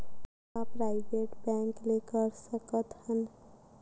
का private bank ले कर सकत हन?